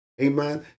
Amen